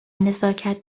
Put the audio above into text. نزاکت